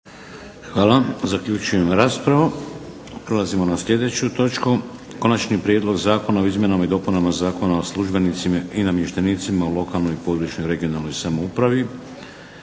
Vladimir (HDZ)** Prelazimo na sljedeću točku. - Konačni prijedlog zakona o izmjenama i dopunama Zakona o službenicima i namještenicima u lokalnoj i područnoj (regionalnoj) samoupravi,